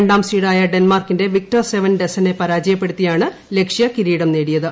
രാംസ്പൂർഡായ ഡെൻമാർക്കിന്റെ വിക്ടർ സെവൻ ഡെസനെ പരാജയപ്പെടുത്തിയാണ് ലക്ഷ്യ കിരീടം നേടി യത്